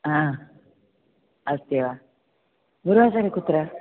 हा अस्ति वा गुरुवासरे कुत्र